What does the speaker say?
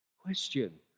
Question